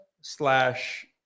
slash